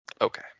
Okay